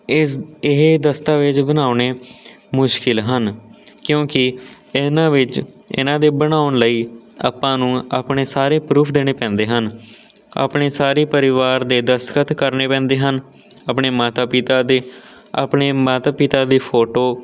ਇਸ ਇਹ ਦਸਤਾਵੇਜ ਬਣਉਣੇ ਮੁਸ਼ਕਲ ਹਨ ਕਿਉਂਕਿ ਇਹਨਾਂ ਵਿੱਚ ਇਹਨਾਂ ਦੇ ਬਣਾਉਣ ਲਈ ਆਪਾਂ ਨੂੰ ਆਪਣੇ ਸਾਰੇ ਪਰੂਫ ਦੇਣੇ ਪੈਂਦੇ ਹਨ ਆਪਣੇ ਸਾਰੇ ਪਰਿਵਾਰ ਦੇ ਦਸਤਖਤ ਕਰਨੇ ਪੈਂਦੇ ਹਨ ਆਪਣੇ ਮਾਤਾ ਪਿਤਾ ਦੇ ਆਪਣੇ ਮਾਤਾ ਪਿਤਾ ਦੇ ਫੋਟੋ